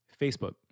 Facebook